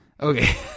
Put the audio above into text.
Okay